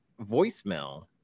voicemail